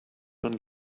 man